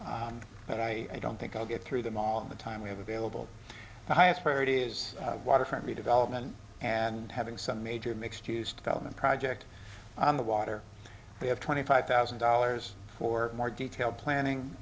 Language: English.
one but i don't think i'll get through them all the time we have available the highest priority is waterfront redevelopment and having some major mixed use development project on the water we have twenty five thousand dollars for more detailed planning